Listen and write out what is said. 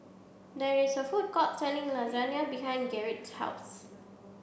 there is a food court selling Lasagna behind Gerrit's house